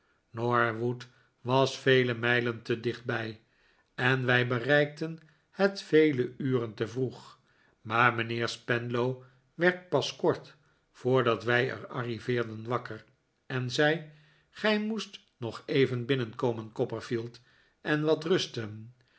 norwood was vele mijlen te dichtbij en wij bereikten het vele uren te vroeg maar mijnheer spenlow werd pas kort voordat wij er arriveerden wakker en zei gij moest nog even binnenkomen copperfield en wat rusten